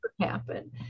happen